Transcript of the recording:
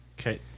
Okay